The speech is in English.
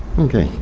okay,